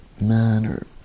manner